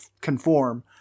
conform